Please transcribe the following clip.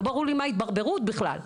לא ברור לי מה ההתברברות בכלל,